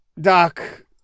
Doc